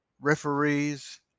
referees